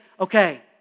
okay